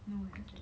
no eh what's that